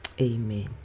amen